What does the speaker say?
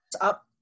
up